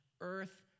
earth